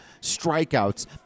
strikeouts